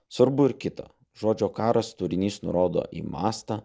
svarbu ir kita žodžio karas turinys nurodo į mastą